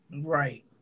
Right